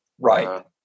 Right